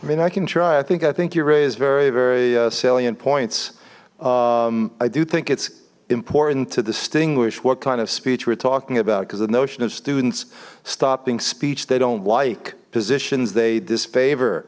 i mean i can try i think i think you raise very very salient points i do think it's important to distinguish what kind of speech we're talking about because the notion of students stopping speech they don't like positions they disfavor